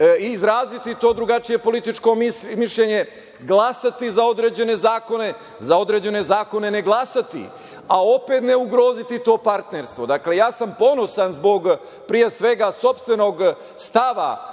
izraziti to drugačije političko mišljenje, glasati za određene zakone, za određene zakone ne glasati, a opet ne ugroziti to partnerstvo. Dakle, ja sam ponosan zbog, pre svega, sopstvenog stava